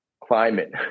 climate